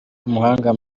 w’umuhanga